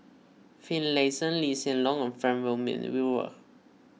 Finlayson Lee Hsien Loong and Frank Wilmin Brewer